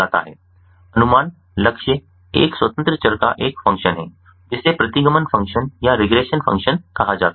अनुमान लक्ष्य एक स्वतंत्र चर का एक फ़ंक्शन है जिसे प्रतिगमन फ़ंक्शन कहा जाता है